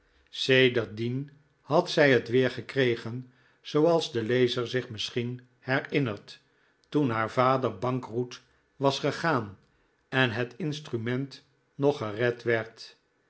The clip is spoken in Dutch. sedert dien had zij het weer gekregen zooals de lezer zich misschien herinnert toen haar vader bankroet was gegaan en het instrument nog gered werd